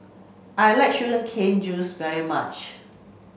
I like sugar cane juice very much